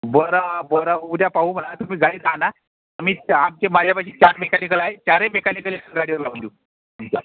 बरं बरं उद्या पाहू म्हणा तुम्ही गाडी तर आणा आम्ही आमचे माझ्यापाशी चार मेकॅनिकल आहे चारही मेकॅनिकल एका गाडीवर लावून देऊ ठीक आहे